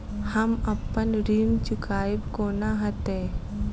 हम अप्पन ऋण चुकाइब कोना हैतय?